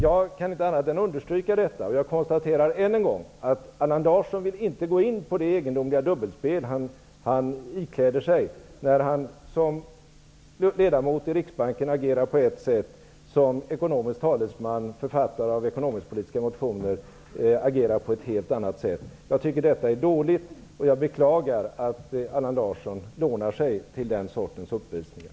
Jag kan inte annat än understryka detta, och jag konstaterar än en gång att Allan Larsson inte vill gå in på det egendomliga dubbelspel han ägnar sig åt, när han som ledamot i Riksbanken agerar på ett sätt och som ekonomisk talesman och författare av ekonomiskpolitiska motioner agerar på ett helt annat sätt. Jag tycker att detta är dåligt, och jag beklagar att Allan Larsson lånar sig till den sortens uppvisningar.